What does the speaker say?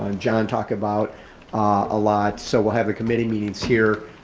and john talk about a lot. so we'll have a committee meetings here.